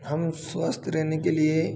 हम स्वस्थ रहने के लिए